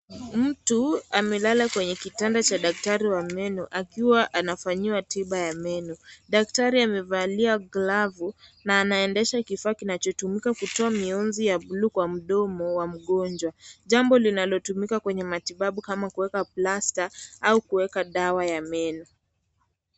Mtu amelala kwenye kitanda cha daktari wa meno, akiwa anafanyiwa tiba ya meno. Daktari amevalia glavu na anaendesha kifaa kinachotumika kutoa mionzi ya bluu kwa mdomo wa mgonjwa. Jambo linalotumika kwenye matibabu kama kuweka plasta au kuweka dawa ya meno.